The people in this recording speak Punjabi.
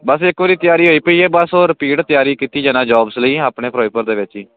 ਬਸ ਇੱਕ ਵਾਰੀ ਤਿਆਰੀ ਹੋਈ ਪਈ ਹੈ ਬਸ ਉਹ ਰਿਪੀਟ ਤਿਆਰੀ ਕੀਤੀ ਜਾ ਨਾ ਜੋਬਸ ਲਈ ਆਪਣੇ ਫਿਰੋਜਪੁਰ ਦੇ ਵਿੱਚ ਹੀ